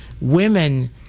women